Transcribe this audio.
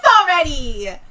already